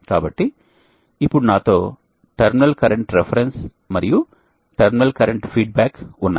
కాబట్టి ఇప్పుడు నాతో టెర్మినల్ కరెంట్ రిఫరెన్స్ మరియు టెర్మినల్ కరెంట్ ఫీడ్బ్యాక్ ఉన్నాయి